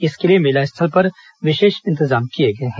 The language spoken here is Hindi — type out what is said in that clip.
इसके लिए मेला स्थल पर विशेष इंतजाम किए गए हैं